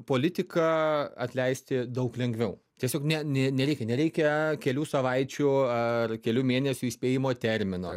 politiką atleisti daug lengviau tiesiog ne nė nereikia nereikia kelių savaičių ar kelių mėnesių įspėjimo termino